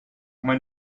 mein